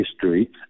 history